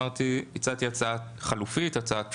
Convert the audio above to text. הצעתי הצעה חלופית, הצעת פשרה: